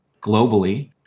globally